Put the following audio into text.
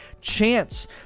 chance